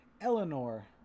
Eleanor